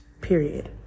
period